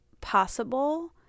possible